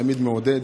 ותמיד מעודד.